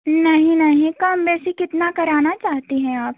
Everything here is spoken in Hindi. नहीं नहीं कामों बेशी कितना कराना चाहती हैं आप